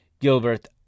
Gilbert